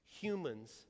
humans